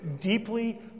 deeply